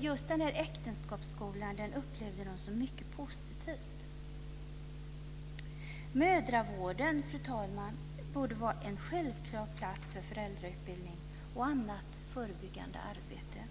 Just denna äktenskapsskola upplevde de som mycket positiv. Mödravården, fru talman, borde vara en självklar plats för föräldrautbildning och annat förebyggande arbete.